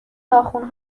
ناخن